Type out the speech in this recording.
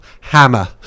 hammer